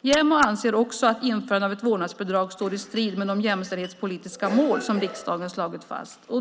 JämO anser också att införande av ett vårdnadsbidrag står i strid med de jämställdhetspolitiska mål som riksdagen har slagit fast.